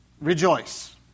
Rejoice